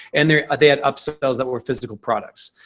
and they ah they had upsells that were physical products.